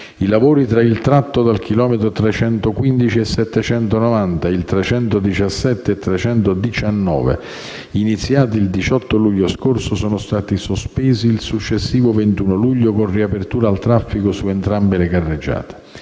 I lavori, tra il tratto dal chilometro 315+790 e il chilometro 317+319, iniziati il 18 luglio scorso, sono stati sospesi il successivo 21 luglio con riapertura al traffico su entrambe le carreggiate;